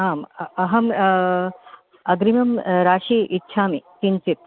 आम् अहं अग्रिमं राशिम् इच्छति किञ्चित्